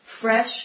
fresh